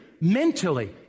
mentally